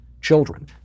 children